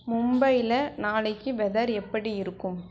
மும்பையில் நாளைக்கு வெதர் எப்படி இருக்கும்